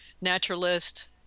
naturalist